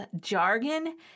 jargon